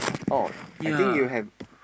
oh I think you have